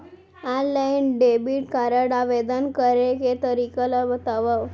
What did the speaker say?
Online debit card आवेदन करे के तरीका ल बतावव?